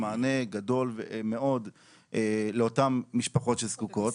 מענה גדול מאוד לאותן משפחות שזקוקות.